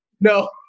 no